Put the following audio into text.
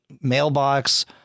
mailbox